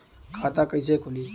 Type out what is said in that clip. खाता कइसे खुली?